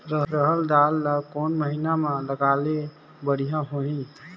रहर दाल ला कोन महीना म लगाले बढ़िया होही?